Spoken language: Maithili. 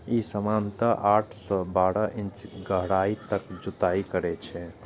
ई सामान्यतः आठ सं बारह इंच गहराइ तक जुताइ करै छै